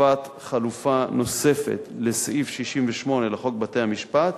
הוספת חלופה נוספת לסעיף 68 לחוק בתי-המשפט,